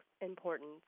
importance